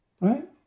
Right